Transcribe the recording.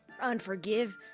Unforgive